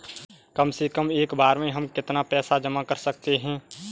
कम से कम एक बार में हम कितना पैसा जमा कर सकते हैं?